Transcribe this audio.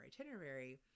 itinerary